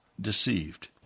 deceived